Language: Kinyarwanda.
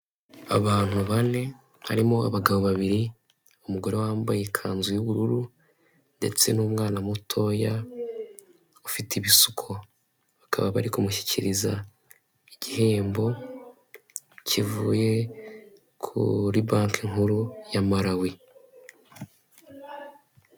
Abantu bane harimo abagabo babiri, umugore wambaye ikanzu y'ubururu ndetse n'umwana mutoya ufite ibisuko, bakaba bari kumushyikiriza igihembo kivuye kuri banki nkuru ya Malawi.